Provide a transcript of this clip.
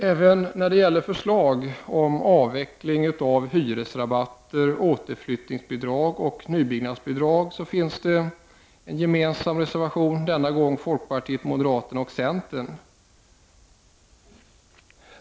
Det finns också en reservation om avveckling av hyresrabatter, återflyttningsbidrag och nybyggnadsbidrag. Denna reservation är gemensam för folkpartiet, moderaterna och centern.